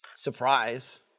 Surprise